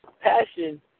passion